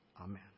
Amen